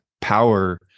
power